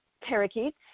parakeets